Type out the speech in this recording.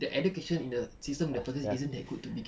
the education in the system in the first place isn't good to begin with